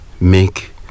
make